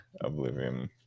oblivion